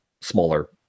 smaller